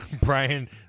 Brian